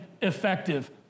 effective